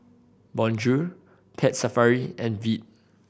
Bonjour Pet Safari and Veet